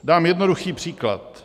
Dám jednoduchý příklad.